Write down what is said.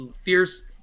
fierce